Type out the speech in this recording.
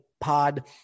Pod